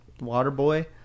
Waterboy